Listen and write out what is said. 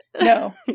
No